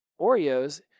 Oreos